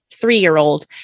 three-year-old